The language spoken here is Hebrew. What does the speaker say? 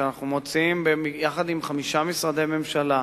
שאנחנו מוציאים יחד עם חמישה משרדי ממשלה.